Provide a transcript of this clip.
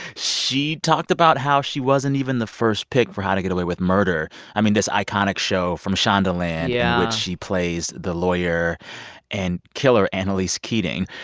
she talked about how she wasn't even the first pick for how to get away with murder i mean, this iconic show from shondaland. yeah. in which she plays the lawyer and killer annalise keating.